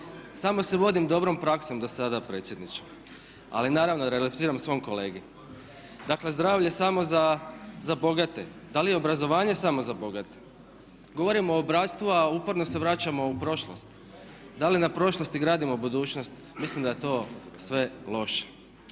Samo se vodim dobrom praksom dosada predsjedniče. Ali naravno repliciram svom kolegi. Dakle zdravlje samo za bogate, da li i obrazovanje samo za bogate? Govorimo o bratstvu a uporno se vraćamo u prošlost, da li na prošlosti gradimo budućnost? Mislim da to sve loše.